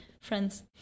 friends